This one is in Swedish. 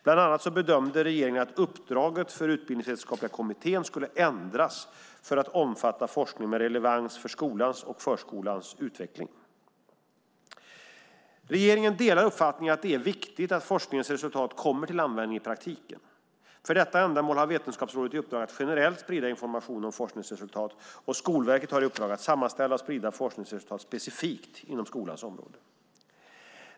Bland annat bedömde regeringen att uppdraget för UVK skulle ändras för att omfatta forskning med relevans för skolans och förskolans utveckling. Regeringen delar uppfattningen att det är viktigt att forskningens resultat kommer till användning i praktiken. För detta ändamål har Vetenskapsrådet i uppdrag att generellt sprida information om forskningsresultat, och Skolverket har i uppdrag att sammanställa och sprida forskningsresultat specifikt inom skolans område.